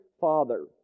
Father